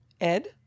Ed